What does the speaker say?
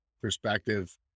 perspective